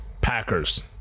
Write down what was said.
Packers